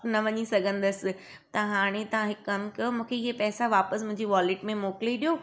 न वञी सघंदसि तव्हां हाणे तव्हां हिक कमु कयो मूंखे इहे पैसा वापसि मुंहिंजी वॉलिट में मोकिले ॾियो